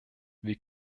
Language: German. wir